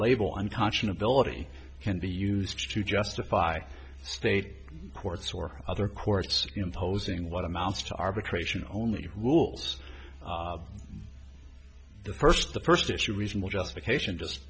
ity can be used to justify state courts or other courts imposing what amounts to arbitration only rules the first the first issue reasonable justification just